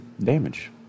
damage